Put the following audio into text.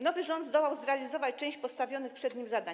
Nowy rząd zdołał zrealizować część postawionych przed nim zadań.